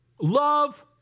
love